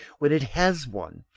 when it has one,